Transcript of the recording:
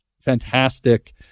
fantastic